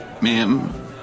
Ma'am